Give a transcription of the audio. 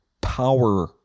power